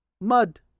mud